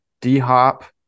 D-hop